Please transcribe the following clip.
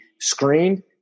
screened